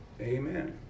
Amen